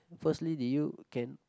firstly did you can